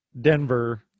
Denver